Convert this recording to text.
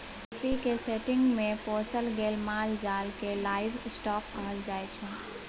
खेतीक सेटिंग्स मे पोसल गेल माल जाल केँ लाइव स्टाँक कहल जाइ छै